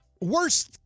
worst